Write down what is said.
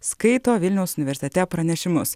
skaito vilniaus universitete pranešimus